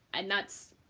and that's